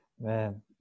Man